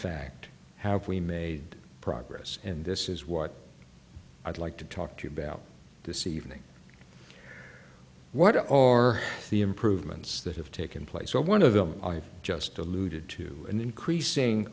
fact have we made progress and this is what i'd like to talk to you about this evening what are the improvements that have taken place or one of them i've just alluded to an increasing